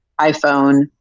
iPhone